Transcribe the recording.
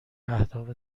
اهداف